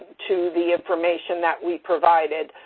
to the information that we provided,